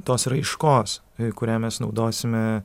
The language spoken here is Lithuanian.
tos raiškos kurią mes naudosime